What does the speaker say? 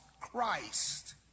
Christ